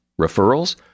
Referrals